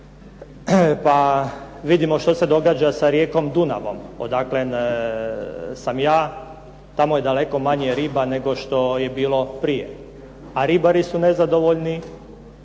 pa vidimo što se događa sa rijekom Dunavom odakle sam ja. Tamo je daleko manje riba nego što je bilo prije. A ribari su nezadovoljni,